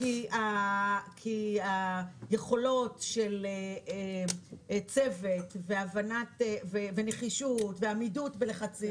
כי היכולות של צוות ונחישות ועמידה בלחצים,